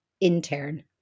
intern